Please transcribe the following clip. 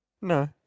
No